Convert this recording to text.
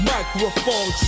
Microphone